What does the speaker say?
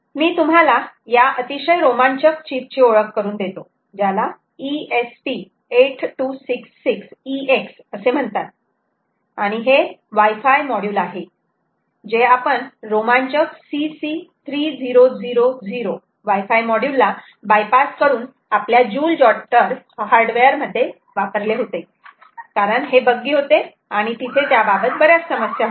मी तुम्हाला या अतिशय रोमांचक चिप ची ओळख करुन देतो ज्याला ESP 8266 EX असे म्हणतात आणि हे वाय फाय मॉड्यूल आहे जे आपण रोमांचक CC 3000 वाय फाय मॉड्यूल ला बायपास करून आपल्या जुल जॉटर हार्डवेअर मध्ये वापरले होते कारण हे बग्गी होते आणि तिथे त्याबाबत बऱ्याच समस्या होत्या